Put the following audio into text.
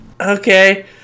Okay